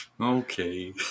Okay